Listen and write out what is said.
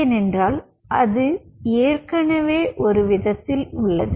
ஏனென்றால் அது ஏற்கனவே ஒரு விதத்தில் உள்ளது